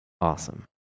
awesome